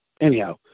Anyhow